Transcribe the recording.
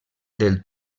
del